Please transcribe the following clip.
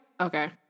Okay